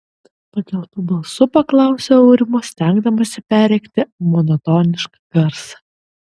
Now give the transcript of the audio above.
pakeltu balsu paklausiau aurimo stengdamasi perrėkti monotonišką garsą